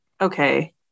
okay